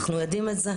אנחנו יודעים את זה.